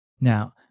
now